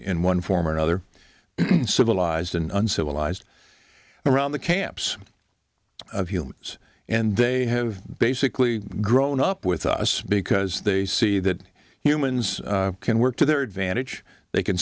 one form or another civilised and uncivilised around the camps of humans and they have basically grown up with us because they see that humans can work to their advantage they can